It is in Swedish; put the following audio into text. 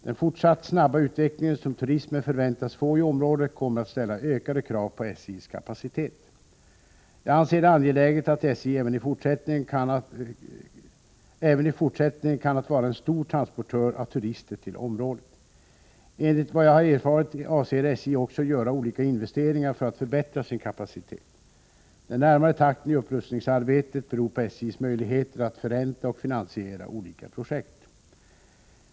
Den fortsatt snabba utveckling som turismen förväntas få i området kommer att ställa ökade krav på SJ:s kapacitet. Jag anser det angeläget att SJ även i fortsättningen kan vara en stor transportör av turister till området. Enligt vad jag har erfarit avser SJ också att göra olika investeringar för att förbättra sin kapacitet. Den närmare takten i upprustningsarbetet beror på SJ:s möjligheter att förränta och finansiera olika projekt.